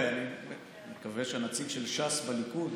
אני מקווה שהנציג של ש"ס בליכוד